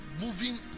moving